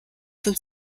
sind